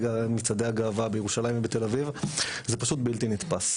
הגאווה בירושלים ובתל אביב זה פשוט בלתי נתפס.